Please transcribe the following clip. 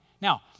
Now